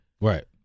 Right